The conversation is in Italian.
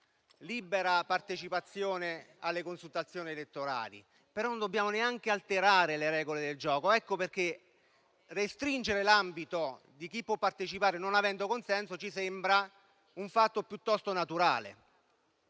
libera partecipazione alle consultazioni elettorali, ma non dobbiamo neanche alterare le regole del gioco. Per questo, restringere l'ambito di chi può partecipare non avendo consenso ci sembra un fatto piuttosto naturale.